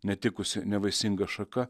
netikusi nevaisinga šaka